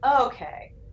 okay